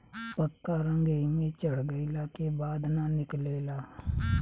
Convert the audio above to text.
पक्का रंग एइमे चढ़ गईला के बाद ना निकले ला